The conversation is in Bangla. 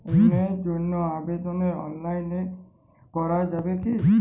ঋণের জন্য আবেদন অনলাইনে করা যাবে কি?